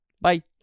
Bye